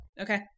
Okay